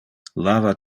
lava